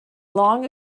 long